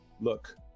look